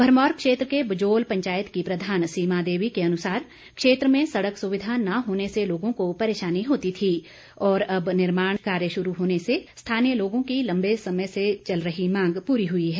भरमौर क्षेत्र के बजोल पंचायत की प्रधान सीमा देवी के अनुसार क्षेत्र में सड़क सुविधा न होने से लोगों को परेशानी होती थी और अब निर्माण कार्य शुरू होने से स्थानीय लोगों की लंबे समय की चल रही मांग पूरी हुई है